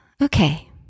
Okay